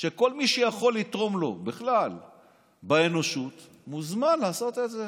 וכל מי שיכול לתרום לו בכלל באנושות מוזמן לעשות את זה.